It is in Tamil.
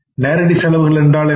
நேரடி செலவுகள் என்றால் என்ன